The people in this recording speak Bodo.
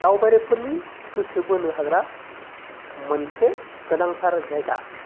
दावबायारिफोरनि गोसो बोनो हाग्रा मोनसे गोनांथार जायगा